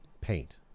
paint